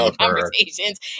conversations